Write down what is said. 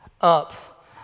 up